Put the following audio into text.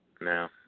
No